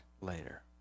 later